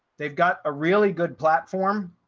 they've got a really good platform.